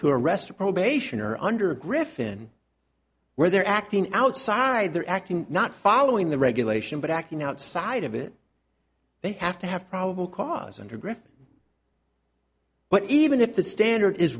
to arrest a probation or under a griffin where they're acting outside they're acting not following the regulation but acting outside of it they have to have probable cause and regret but even if the standard is